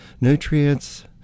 nutrients